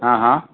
हँ हँ